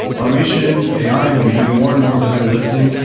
automation, ai will be doing more and more of the heavy lifting.